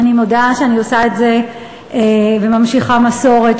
אני מודה שאני עושה את זה וממשיכה מסורת